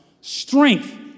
strength